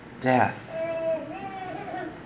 death